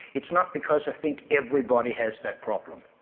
it's not because i think everybody has that problem.